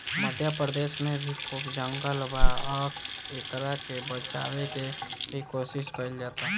मध्य प्रदेश में भी खूब जंगल बा आ एकरा के बचावे के भी कोशिश कईल जाता